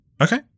Okay